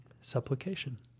supplication